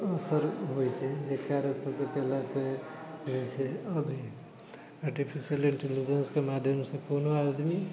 असर होइत छै जेकरा रास्ता पर गेलाके जे है से अभी आर्टिफिशियल इन्टेलिजेन्सके माध्यमसँ कोनो आदमी